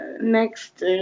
next